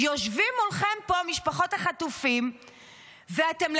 יושבים מולכם פה משפחות החטופים ולרגע